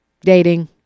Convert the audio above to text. dating